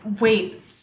wait